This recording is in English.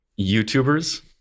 YouTubers